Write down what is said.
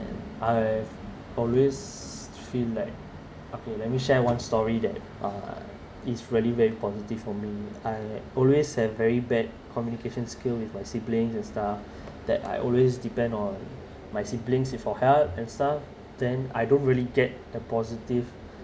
I always feel like okay let me share one story that uh is really very positive for me I always have very bad communication skill with my siblings and stuff that I always depend on my siblings for help and stuff then I don't really get the positive